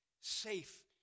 safe